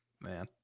Man